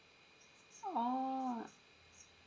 oh